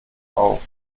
auf